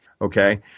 Okay